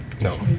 No